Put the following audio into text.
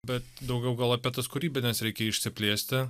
bet daugiau gal apie tas kūrybines reikia išsiplėsti